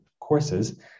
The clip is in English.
courses